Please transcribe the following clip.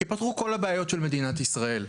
יפתרו כל הבעיות של מדינת ישראל.